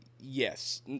Yes